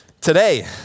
Today